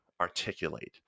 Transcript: articulate